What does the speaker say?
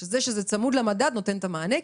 שזה שזה צמוד למדד נותן את המענה,